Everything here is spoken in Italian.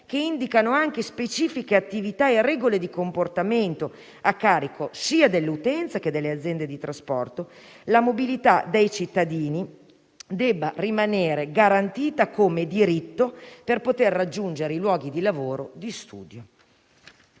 che indicano anche specifiche attività e regole di comportamento, a carico sia dell'utenza che delle aziende di trasporto, la mobilità dei cittadini debba rimanere garantita come diritto per poter raggiungere i luoghi di lavoro e di studio.